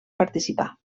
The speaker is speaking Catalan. participar